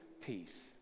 peace